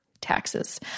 taxes